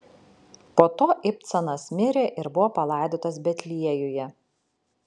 po to ibcanas mirė ir buvo palaidotas betliejuje